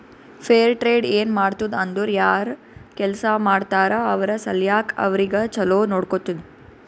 fair trade ಏನ್ ಮಾಡ್ತುದ್ ಅಂದುರ್ ಯಾರ್ ಕೆಲ್ಸಾ ಮಾಡ್ತಾರ ಅವ್ರ ಸಲ್ಯಾಕ್ ಅವ್ರಿಗ ಛಲೋ ನೊಡ್ಕೊತ್ತುದ್